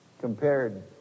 compared